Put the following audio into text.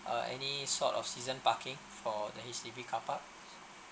uh any sort of season parking for the H_D_B carpark